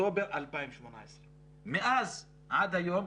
אוקטובר 2018. מאז עד היום,